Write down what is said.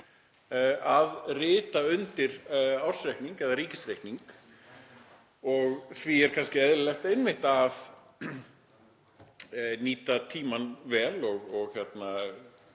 að rita undir ársreikning eða ríkisreikning og því er kannski eðlilegt einmitt að nýta tímann vel og ekki